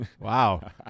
Wow